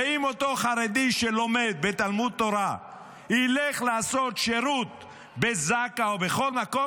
ואם אותו חרדי שלומד בתלמוד תורה ילך לעשות שירות בזק"א או בכל מקום,